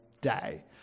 day